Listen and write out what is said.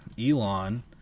Elon